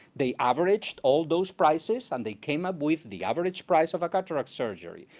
they averaged all those prices, and they came up with the average price of cataract surgery.